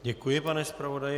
Děkuji, pane zpravodaji.